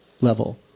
level